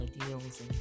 ideals